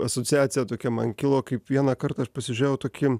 asociacija tokia man kilo kaip vieną kartą aš pasižiūrėjau tokį